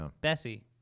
Bessie